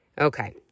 Okay